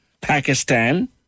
Pakistan